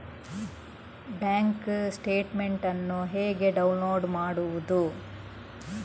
Bank statement ಅನ್ನು ಹೇಗೆ download ಮಾಡುವುದು?